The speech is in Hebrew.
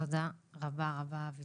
תודה רבה, רבה, אביטל.